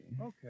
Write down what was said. Okay